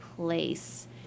place